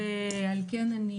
ועל כן אני